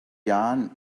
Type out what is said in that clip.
yarn